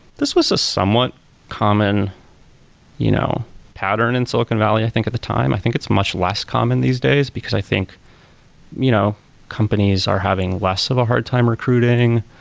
this was a somewhat common you know pattern in silicon valley, i think at the time. i think it's much less common these days, because i think you know companies are having less of a hard time recruiting.